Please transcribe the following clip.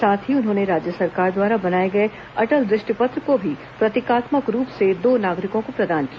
साथ ही उन्होंने राज्य सरकार द्वारा बनाए गए अटल दृष्टि पत्र को भी प्रतीकात्मक रूप से दो नागरिकों को प्रदान किया